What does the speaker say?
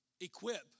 equip